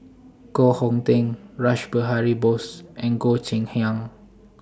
Koh Hong Teng Rash Behari Bose and Goh Cheng Liang